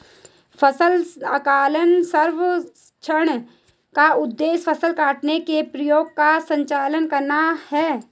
फसल आकलन सर्वेक्षण का उद्देश्य फसल काटने के प्रयोगों का संचालन करना है